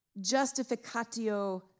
justificatio